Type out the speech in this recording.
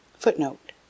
footnote